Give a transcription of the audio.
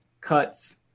Cuts